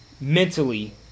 mentally